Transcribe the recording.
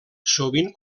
sovint